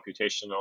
computational